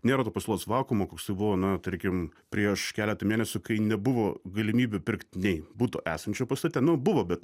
nėra to pasiūlos vakuumo koksai buvo na tarkim prieš keletą mėnesių kai nebuvo galimybių pirkt nei buto esančio pastate nu buvo bet